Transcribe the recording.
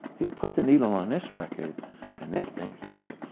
he put the needle on this record and this thing said,